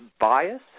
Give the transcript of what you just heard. bias